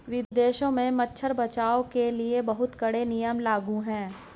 विदेशों में मगरमच्छ बचाओ के लिए बहुत कड़े नियम लागू हैं